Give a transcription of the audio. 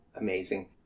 amazing